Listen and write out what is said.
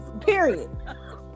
period